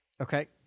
Okay